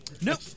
Nope